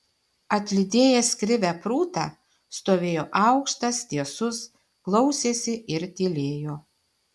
atlydėjęs krivę prūtą stovėjo aukštas tiesus klausėsi ir tylėjo